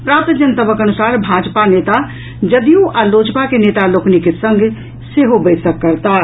प्राप्त जनतबक अनुसार भाजपा नेता जदयू आ लोजपा के नेता लोकनिक संग सेहो बैसक करताह